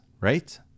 right